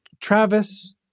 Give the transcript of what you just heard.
Travis